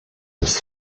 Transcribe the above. his